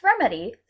remedy